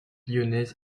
lyonnaise